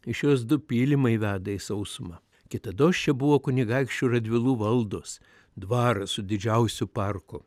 iš jos du pylimai veda į sausumą kitados čia buvo kunigaikščių radvilų valdos dvaras su didžiausiu parku